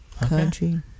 Country